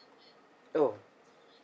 oh